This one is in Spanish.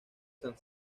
san